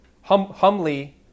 humbly